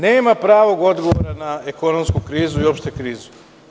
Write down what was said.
Nema pravih odgovora na ekonomsku krizu i uopšte krizu.